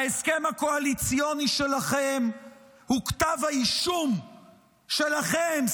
ההסכם הקואליציוני שלכם הוא כתב האישום שלכם,